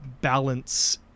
balance